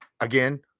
Again